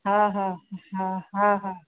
हा हा हा हा हा